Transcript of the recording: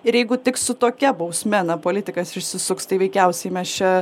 ir jeigu tik su tokia bausme na politikas išsisuks tai veikiausiai mes čia